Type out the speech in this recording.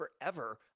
forever